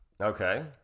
Okay